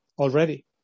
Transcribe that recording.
already